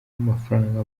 amafaranga